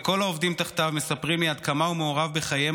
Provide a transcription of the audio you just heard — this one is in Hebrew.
וכל העובדים תחתיו מספרים לי עד כמה הוא מעורב בחייהם